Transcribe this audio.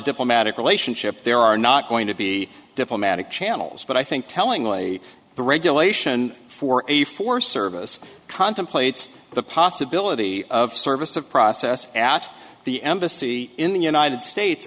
diplomatic relationship there are not going to be diplomatic channels but i think tellingly the regulation for a fee for service contemplates the possibility of service of process at the embassy in the united states